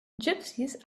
gypsies